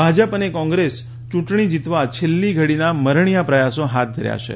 ભાજપ અને કોંગ્રેસ યૂંટણી જીતવા છેલ્લી ઘડીના મરણિયા પ્રયાસો હાથ ધર્યા છે